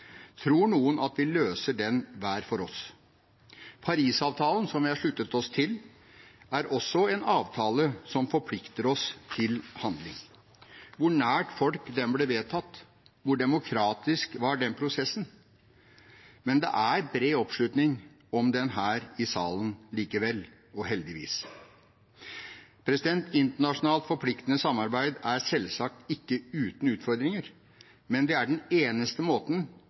Tror noen at vi løser den hver for oss? Parisavtalen, som vi har sluttet oss til, er også en avtale som forplikter oss til handling. Hvor nær folk ble den vedtatt? Hvor demokratisk var den prosessen? Men det er bred oppslutning om den her i salen likevel – heldigvis. Internasjonalt forpliktende samarbeid er selvsagt ikke uten utfordringer, men det er den eneste måten